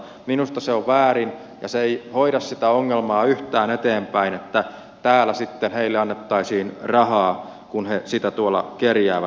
minusta se on väärin ja se ei hoida sitä ongelmaa yhtään eteenpäin että täällä sitten heille annettaisiin rahaa kun he sitä tuolla kerjäävät